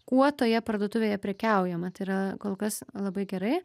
kuo toje parduotuvėje prekiaujama tai yra kol kas labai gerai